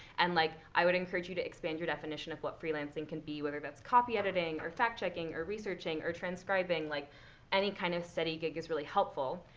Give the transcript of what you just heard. and like i would encourage you to expand your definition of what freelancing can be, whether that's copy editing, or fact checking, or researching, or transcribing. like any kind of steady gig is really helpful.